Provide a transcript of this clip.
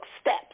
steps